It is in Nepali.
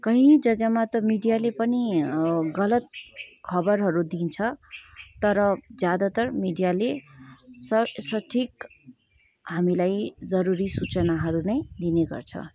कहीँ जग्गामा त मिडियाले पनि गलत खबरहरू दिन्छ तर ज्यादातर मिडियाले स सठिक हामीलाई जरुरी सूचनाहरू नै दिनेगर्छ